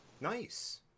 Nice